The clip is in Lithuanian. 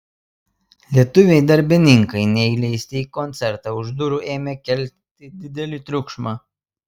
lietuviai darbininkai neįleisti į koncertą už durų ėmė kelti didelį triukšmą